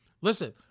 listen